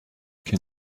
can